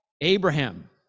Abraham